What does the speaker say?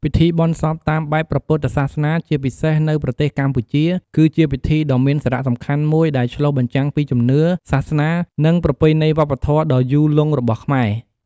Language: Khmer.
ពិធីបុណ្យសពតាមបែបព្រះពុទ្ធសាសនា ជាពិសេសនៅប្រទេសកម្ពុជា គឺជាពិធីដ៏មានសារៈសំខាន់មួយ ដែលឆ្លុះបញ្ចាំងពីជំនឿ សាសនា និងប្រពៃណីវប្បធម៌ដ៏យូរលង់របស់ខ្មែរ។